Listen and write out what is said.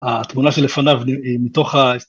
התמונה שלפניו היא מתוך ה...